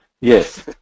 yes